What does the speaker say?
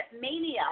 MANIA